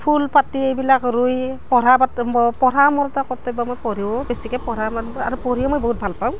ফুল পাতি এইবিলাক ৰুই পঢ়া পাত পঢ়া মোৰ এটা কৰ্তব্য মই পঢ়িও বেছিকৈ পঢ়া শুনাত পঢ়িয়ো মই বহুত ভাল পাওঁ